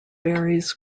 varies